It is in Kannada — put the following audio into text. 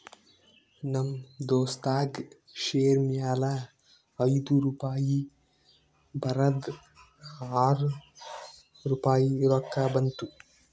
ನಮ್ ದೋಸ್ತಗ್ ಶೇರ್ ಮ್ಯಾಲ ಐಯ್ದು ರುಪಾಯಿ ಬರದ್ ಆರ್ ರುಪಾಯಿ ರೊಕ್ಕಾ ಬಂತು